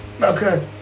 Okay